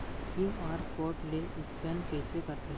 QR code ले scan कइसे करथे?